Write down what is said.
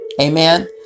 Amen